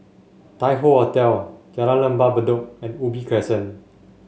Tai Hoe Hotel Jalan Lembah Bedok and Ubi Crescent